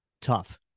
Tough